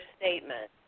statement